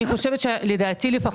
לדעתי לפחות,